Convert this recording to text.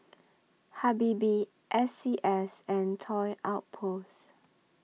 Habibie S C S and Toy Outpost